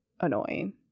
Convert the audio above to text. annoying